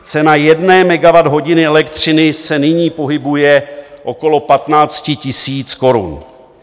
Cena jedné megawatthodiny elektřiny se nyní pohybuje okolo 15 000 korun.